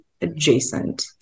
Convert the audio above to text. Adjacent